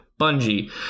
Bungie